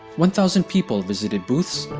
one thousand people visited booths,